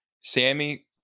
Sammy